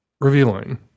revealing